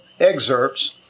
excerpts